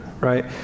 Right